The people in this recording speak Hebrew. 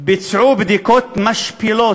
ביצעו בדיקות משפילות,